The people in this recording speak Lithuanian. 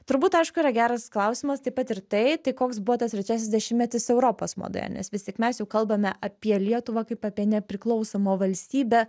turbūt aišku yra geras klausimas taip pat ir tai tai koks buvo tas trečiasis dešimtmetis europos madoje nes vis tik mes jau kalbame apie lietuvą kaip apie nepriklausomą valstybę